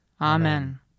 Amen